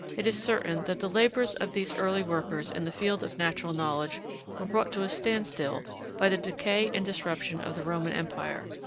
it is certain that the labors of these early workers in the field of natural knowledge were brought to a standstill by the decay and disruption of the roman empire,